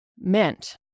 meant